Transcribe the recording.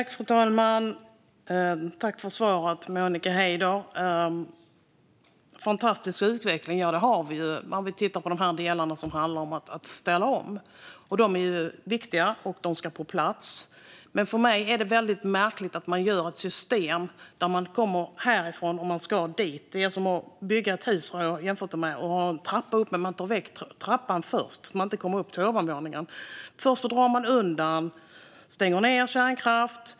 Herr talman! Tack för svaret, Monica Haider! Ja, vi har en fantastisk utveckling när det gäller de delar som handlar om att ställa om. De är viktiga, och de ska komma på plats. Men jag tycker att det är märkligt att man gör ett system när man bara behöver gå från ett ställe till ett annat. Det är som när man bygger ett hus med en trappa, men man tar bort trappan så att man inte kommer upp till ovanvåningen. Först drar man undan saker. Man stänger ned kärnkraft.